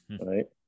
right